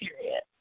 period